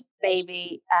baby